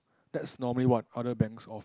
that's normally what other banks offer